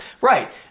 Right